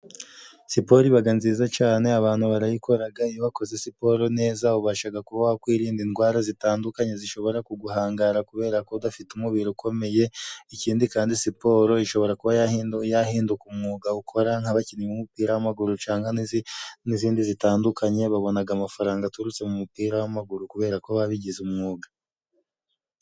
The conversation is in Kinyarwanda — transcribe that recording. Siporo ibaga nziza cane abantu barayikoraga iyo wakoze siporo neza ubashaga kuba wakwirinda indwara zitandukanye zishobora guhangara kubera ko udafite umubiri ukomeye ikindi kandi siporo ishobora kuba yahinduka umwuga ukora nk'abakinnyi bumupira w'amaguru canga n'izindi zitandukanye babonaga amafaranga aturutse mu mupira w'amaguru kubera ko babigize umwuga